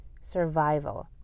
survival